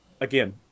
again